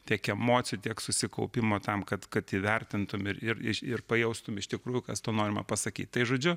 tiek emocijų tiek susikaupimo tam kad kad įvertintum ir ir pajaustum iš tikrųjų kas tuo norima pasakyt tai žodžiu